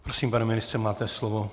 Prosím, pane ministře, máte slovo.